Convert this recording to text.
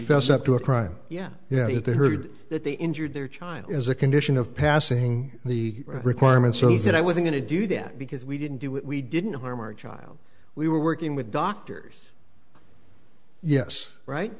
fess up to a crime yeah yeah if they heard that the injured their child as a condition of passing the requirements so that i was going to do that because we didn't do it we didn't harm or child we were working with doctors yes right